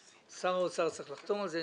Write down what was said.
שר האוצר צריך לחתום על זה,